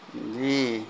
جی